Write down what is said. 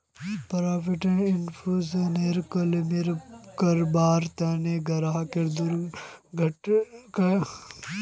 property इन्शुरन्सत claim करबार तने ग्राहकक दुर्घटनार सबूत दीबा ह छेक